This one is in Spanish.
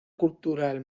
cultural